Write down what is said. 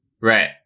Right